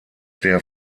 der